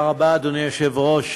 אדוני היושב-ראש,